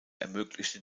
ermöglichte